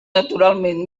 naturalment